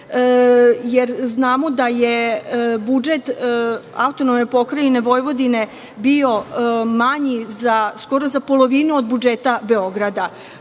jer znamo da je budžet AP Vojvodine bio manji skoro za polovinu od budžeta Beograda.